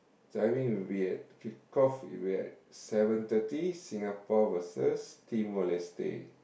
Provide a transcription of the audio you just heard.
timing will be at will be at seven thirty Singapore versus Timor-Leste